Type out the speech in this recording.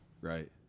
right